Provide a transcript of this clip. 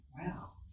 Wow